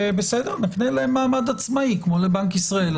ונקנה להם מעמד עצמאי כמו לבנק ישראל.